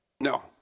No